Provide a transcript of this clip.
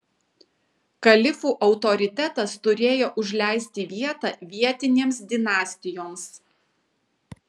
kalifų autoritetas turėjo užleisti vietą vietinėms dinastijoms